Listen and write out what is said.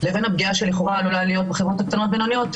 לבין הפגיעה שלכאורה עלולה להיות בחברות הקטנות והבינוניות,